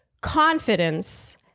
confidence